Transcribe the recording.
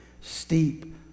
steep